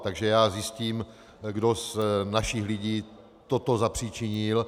Takže zjistím, kdo z našich lidí toto zapříčinil.